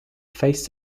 faced